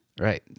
Right